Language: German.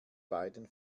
beiden